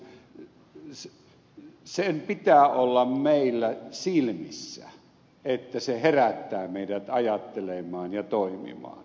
elikkä sen pitää olla meillä silmissä että se herättää meidät ajattelemaan ja toimimaan